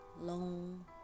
long